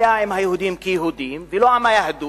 לאיש אין בעיה עם היהודים כיהודים ולא עם היהדות.